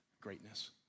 greatness